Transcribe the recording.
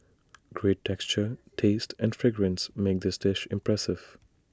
great texture taste and fragrance make this dish impressive